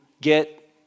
get